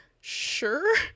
sure